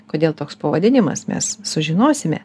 kodėl toks pavadinimas mes sužinosime